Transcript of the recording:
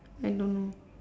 I don't know